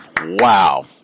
Wow